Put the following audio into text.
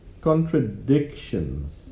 Contradictions